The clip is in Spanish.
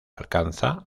alcanza